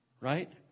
Right